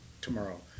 tomorrow